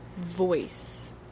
voice